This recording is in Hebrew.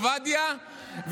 אצל הרב עובדיה,